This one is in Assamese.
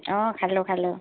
অঁ খালোঁ খালোঁ